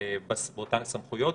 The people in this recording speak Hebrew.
באותן סמכויות,